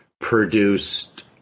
produced